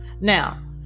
Now